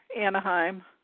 Anaheim